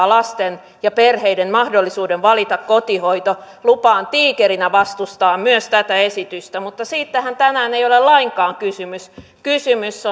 lasten ja perheiden mahdollisuuden valita kotihoito lupaan tiikerinä vastustaa myös tätä esitystä mutta siitähän tänään ei ole lainkaan kysymys kysymys